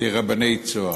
לרבני "צהר".